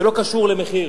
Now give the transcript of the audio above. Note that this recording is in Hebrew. זה לא קשור למחיר.